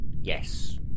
yes